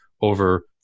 over